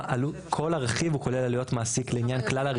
כל הרכיב הוא כולל עלויות מעסיק לעניין כלל הרכיבים.